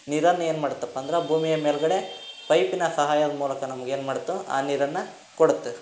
ನೀರನ್ನು ಏನು ಮಾಡುತ್ತಪ್ಪ ಅಂದ್ರೆ ಭೂಮಿಯ ಮೇಲುಗಡೆ ಪೈಪಿನ ಸಹಾಯದ ಮೂಲಕ ನಮ್ಗೆ ಏನು ಮಾಡ್ತು ಆ ನೀರನ್ನು ಕೊಡತ್ತೆ